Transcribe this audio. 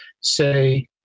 say